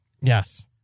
Yes